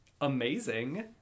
amazing